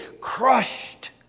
crushed